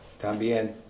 también